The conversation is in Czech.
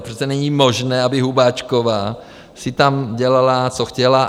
Přece není možné, aby Hubáčková si tam dělala, co chtěla.